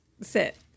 sit